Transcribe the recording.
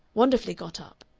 wonderfully got up.